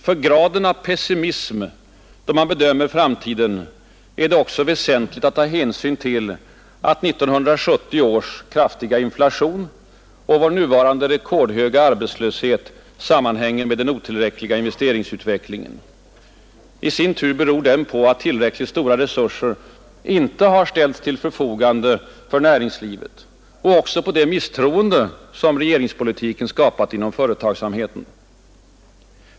För graden av pessimism då man bedömer framtiden är det, herr talman, också väsentligt att ta hänsyn till att 1970 års kraftiga inflation och vår nuvarande rekordhöga arbetslöshet sammanhänger med den otillräckliga investeringsutvecklingen. I sin tur beror denna på att tillräckligt stora resurser inte har ställts till näringslivets förfogande och också på det misstroende som regeringspolitiken har skapat inom företagsamheten.